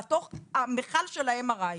בתוך המכל של ה-MRI.